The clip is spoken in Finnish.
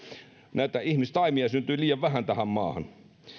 näitä ihmistaimia syntyy liian vähän tähän maahan